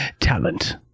talent